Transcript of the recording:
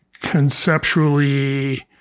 conceptually